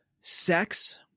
sex